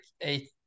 eight